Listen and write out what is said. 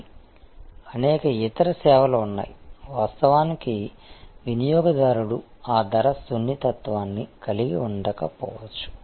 కానీ అనేక ఇతర సేవలు ఉన్నాయి వాస్తవానికి వినియోగదారుడు ఆ ధర సున్నితత్వాన్ని కలిగి ఉండకపోవచ్చు